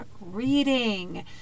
reading